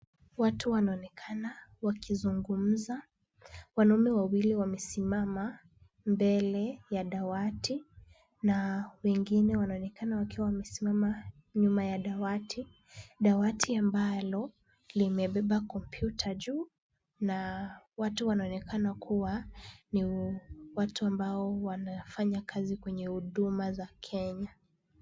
Watu wanaonekana wakizungumza. Wanaume wawili wamesimama mbele ya dawati na wengine wanaonekana wakiwa wamesimama nyuma ya dawati. Dawati ambalo limebeba kompyuta juu na watu wanaonekana kuwa ni watu ambao wanafanya kazi kwenye Huduma za Kenya.